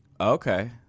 Okay